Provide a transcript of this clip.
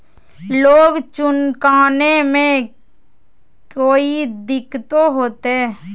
Loan चुकाने में कोई दिक्कतों होते?